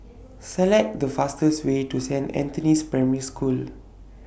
Select The fastest Way to Saint Anthony's Primary School